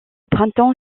printemps